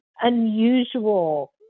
unusual